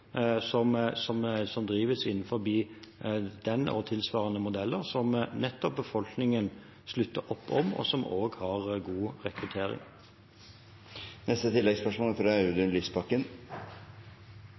som drives innenfor den og tilsvarende modeller, som nettopp befolkningen slutter opp om, og som også har god rekruttering.